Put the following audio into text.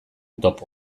topo